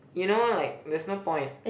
you know like there's no point